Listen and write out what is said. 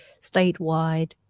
statewide